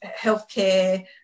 healthcare